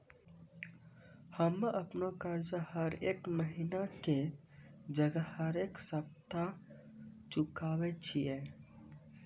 हम्मे अपनो कर्जा हरेक महिना के जगह हरेक सप्ताह चुकाबै छियै